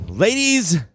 Ladies